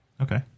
Okay